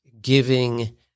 giving